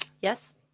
Yes